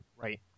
Right